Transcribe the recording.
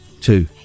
two